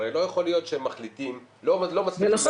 הרי לא יכול להיות שמחליטים - -לא מצליחים להחליט עד עכשיו -- נכון,